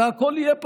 כן.